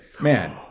man